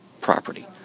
property